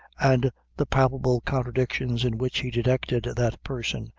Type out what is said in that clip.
and the palpable contradictions in which he detected that person,